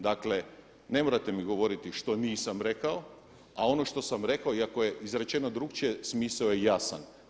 Dakle, ne morate mi govoriti što nisam rekao, a ono što sam rekao iako je izrečeno drukčije smisao je jasan.